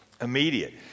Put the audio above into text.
immediate